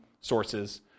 sources